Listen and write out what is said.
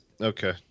Okay